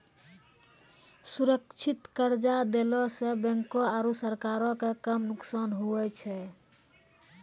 सुरक्षित कर्जा देला सं बैंको आरू सरकारो के कम नुकसान हुवै छै